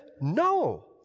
No